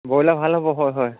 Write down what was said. broiler ভাল হ'ব হয় হয়